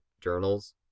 journals